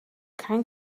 kein